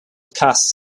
cast